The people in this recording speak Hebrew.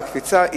והקפיצה,